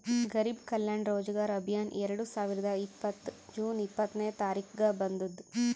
ಗರಿಬ್ ಕಲ್ಯಾಣ ರೋಜಗಾರ್ ಅಭಿಯಾನ್ ಎರಡು ಸಾವಿರದ ಇಪ್ಪತ್ತ್ ಜೂನ್ ಇಪ್ಪತ್ನೆ ತಾರಿಕ್ಗ ಬಂದುದ್